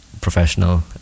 professional